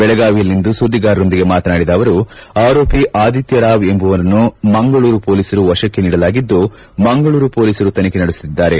ಬೆಳಗಾವಿಯಲ್ಲಿಂದು ಸುದ್ದಿಗಾರರೊಂದಿಗೆ ಮಾತನಾಡಿದ ಅವರು ಆರೋಪಿ ಆದಿತ್ಯ ರಾವ್ ಎಂಬವರನ್ನು ಮಂಗಳೂರು ಮೊಲೀಸರ ವಶಕ್ಕೆ ನೀಡಲಾಗಿದ್ದುಮಂಗಳೂರು ಮೊಲೀಸರು ತನಿಖೆ ನಡೆಸುತ್ತಿದ್ದಾರೆ